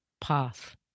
path